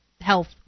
Health